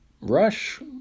Rush